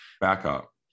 Backup